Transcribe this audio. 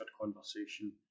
conversation